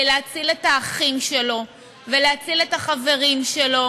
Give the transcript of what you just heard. להציל את האחים שלו ולהציל את החברים שלו,